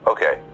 Okay